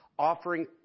Offering